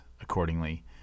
accordingly